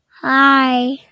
Hi